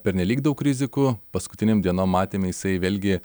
pernelyg daug rizikų paskutinėm dienom matėme jisai vėlgi